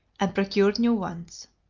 and procured new ones.